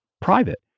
private